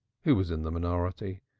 who was in the minority.